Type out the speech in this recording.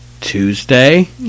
Tuesday